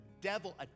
devil